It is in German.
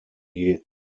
die